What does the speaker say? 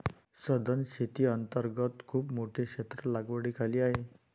सधन शेती अंतर्गत खूप मोठे क्षेत्र लागवडीखाली आहे